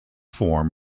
form